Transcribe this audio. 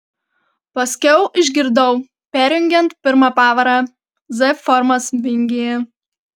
paskiau išgirdau perjungiant pirmą pavarą z formos vingyje